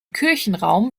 kirchenraum